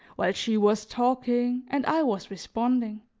while she was talking and i was responding.